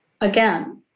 again